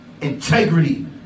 integrity